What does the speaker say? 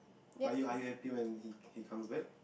why you are you happy when he he comes back